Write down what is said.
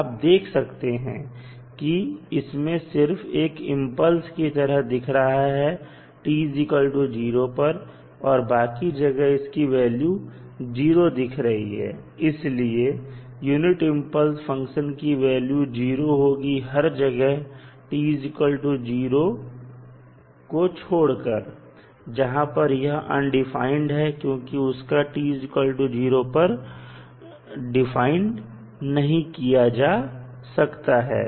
आप देख सकते हैं कि इसमें सिर्फ एक इंपल्स की तरह दिख रहा है t0 पर और बाकी जगह इसकी वैल्यू 0 दिख रही है इसलिए यूनिट इंपल्स फंक्शन की वैल्यू 0 होगी हर जगह t0 को छोड़कर जहां पर वह अनडिफाइंड है क्योंकि उसको t0 पर डिफाइन नहीं किया जा सकता है